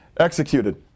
executed